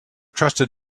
trusted